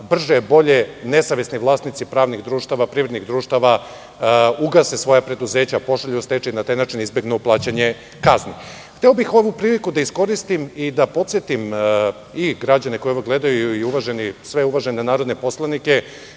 brže bolje nesavesni vlasnici pravnih društava, privrednih društava ugase svoja preduzeća, pošalju u stečaj i na taj način izbegnu plaćanje kazni. Hteo bih ovu priliku da iskoristim i da podsetim i građane koji ovo gledaju i sve uvažene narodne poslanike